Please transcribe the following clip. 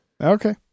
Okay